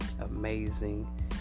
amazing